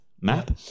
map